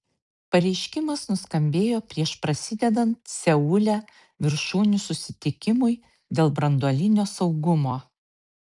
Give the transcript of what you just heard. pareiškimas nuskambėjo prieš prasidedant seule viršūnių susitikimui dėl branduolinio saugumo